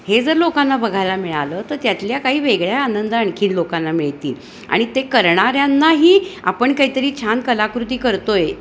हे जर लोकांना बघायला मिळालं तर त्यातल्या काही वेगळ्या आनंद आणखी लोकांना मिळतील आणि ते करणाऱ्यांनाही आपण काहीतरी छान कलाकृती करतो आहे